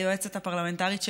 היועצת הפרלמנטרית שלי,